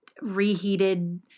reheated